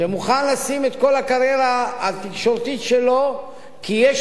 שמוכן לשים את כל הקריירה התקשורתית שלו כי יש